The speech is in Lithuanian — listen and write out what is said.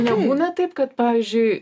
nebūna taip kad pavyzdžiui